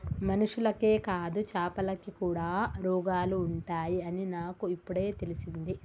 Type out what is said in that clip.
మనుషులకే కాదు చాపలకి కూడా రోగాలు ఉంటాయి అని నాకు ఇపుడే తెలిసింది